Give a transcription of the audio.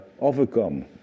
overcome